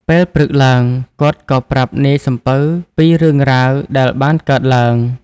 ពេលព្រឹកឡើង គាត់ក៏ប្រាប់នាយសំពៅពីរឿងរ៉ាវដែលបានកើតឡើង។